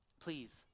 Please